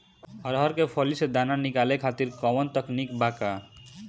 अरहर के फली से दाना निकाले खातिर कवन तकनीक बा का?